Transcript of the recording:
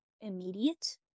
immediate